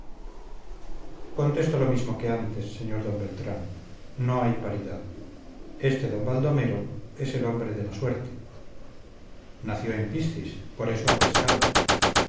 contesto lo mismo que antes sr d beltrán no hay paridad este d baldomero es el hombre de la suerte nació en piscis por eso ha pescado